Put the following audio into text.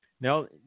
Now